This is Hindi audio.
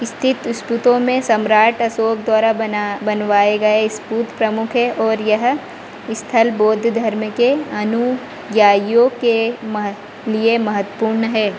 स्थित स्तूपों में सम्राट अशोक द्वारा बना बनवाए गए स्तूप प्रमुख है और यह स्थल बौद्ध धर्म के अनुयाइयों के मह लिए महत्वपूर्ण है